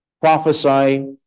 prophesy